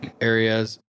areas